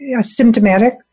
symptomatic